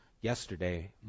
yesterday